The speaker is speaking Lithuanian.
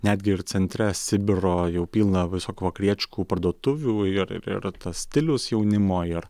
netgi ir centre sibiro jau pilna visokių vakarietiškų parduotuvių ir ir tas stilius jaunimo ir